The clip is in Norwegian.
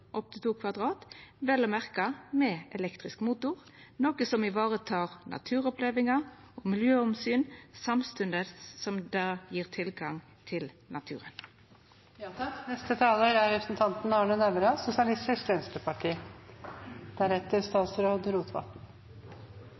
opptil 2 km 2 , vel å merka med elektrisk motor, noko som tek vare på naturopplevingar og miljøomsyn, samstundes som det gjev tilgang til